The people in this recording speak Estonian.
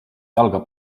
jalga